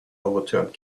overturned